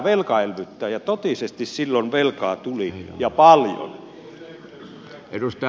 ja totisesti silloin velkaa tuli ja paljon